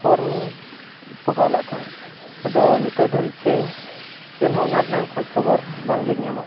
form ᱯᱚᱠᱟᱣ ᱞᱮᱫ ᱛᱟᱦᱮᱱ ᱟᱫᱚ ᱱᱤᱛᱚᱜ ᱫᱷᱟᱹᱨᱤᱡᱛᱮ ᱪᱮᱫ ᱦᱚᱸ ᱚᱱᱟ ᱨᱮᱱᱟᱜ ᱪᱮᱫ ᱦᱚᱸ ᱚᱱᱟ ᱨᱮᱱᱟᱜ ᱠᱷᱳᱡᱽ ᱠᱷᱚᱵᱚᱨ ᱵᱟᱝ ᱞᱤᱧ ᱧᱟᱢ ᱟᱠᱟᱫᱟ